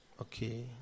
Okay